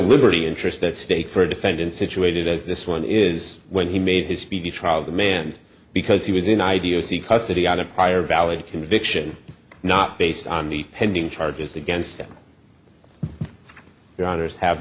liberty interest at stake for a defendant situated as this one is when he made his speedy trial demand because he was in ideas he custody on a prior valid conviction not based on the pending charges against your honour's have